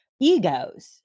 egos